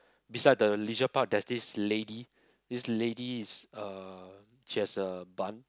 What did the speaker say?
beside the leisure park there's this lady this lady is uh she has a bun